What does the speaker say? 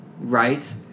right